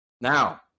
Now